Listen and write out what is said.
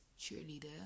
cheerleader